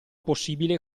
possibile